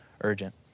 urgent